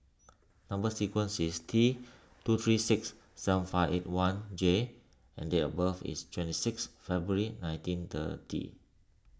Number Sequence is T two three six seven five eight one J and date of birth is twenty six February nineteen thirty